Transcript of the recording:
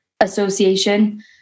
association